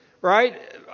right